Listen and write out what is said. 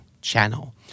channel